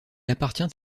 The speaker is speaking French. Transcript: appartient